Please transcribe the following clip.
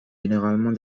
généralement